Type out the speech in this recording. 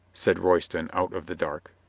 said royston out of the dark.